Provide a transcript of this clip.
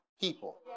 people